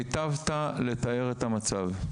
היטבת לתאר את המצב.